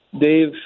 Dave